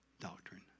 doctrine